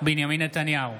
בנימין נתניהו,